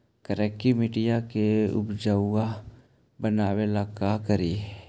करिकी मिट्टियां के उपजाऊ बनावे ला का करी?